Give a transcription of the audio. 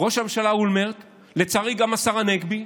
ראש הממשלה אולמרט, לצערי גם השר הנגבי.